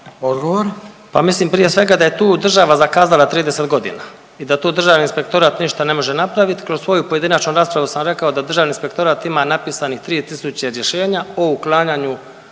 Pa mislim prije svega da je tu država zakazala 30 godina i da tu Državni inspektorat ništa ne može napraviti. Kroz svoju pojedinačnu raspravu sam rekao da Državni inspektorat ima napisanih 3.000 rješenja o uklanjanju